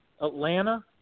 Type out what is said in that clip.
Atlanta